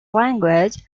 language